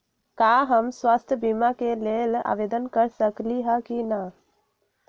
का हम स्वास्थ्य बीमा के लेल आवेदन कर सकली ह की न?